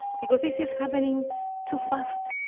because this is happening too fast.